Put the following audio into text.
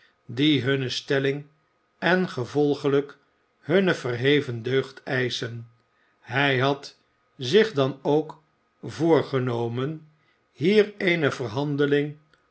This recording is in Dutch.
die hunne stelling en gevolglijk hunne verheven deugd eisenen hij had zich dan ook voorgenomen hier eene verhandeling